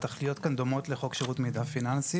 התכליות כאן דומות לחוק שירות מידע פיננסי,